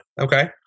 Okay